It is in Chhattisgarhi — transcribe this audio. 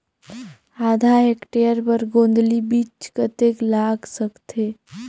आधा हेक्टेयर बर गोंदली बीच कतेक लाग सकथे?